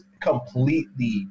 completely